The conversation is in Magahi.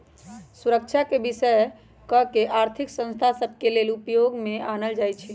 सुरक्षाके विशेष कऽ के आर्थिक संस्था सभ के लेले उपयोग में आनल जाइ छइ